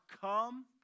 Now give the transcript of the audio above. come